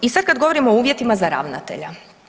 I sad kad govorimo o uvjetima za ravnatelja.